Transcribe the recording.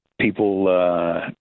People